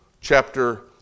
chapter